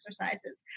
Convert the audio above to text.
exercises